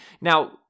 Now